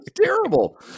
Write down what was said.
terrible